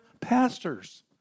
pastors